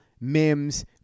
Mims